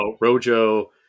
Rojo